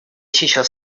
сейчас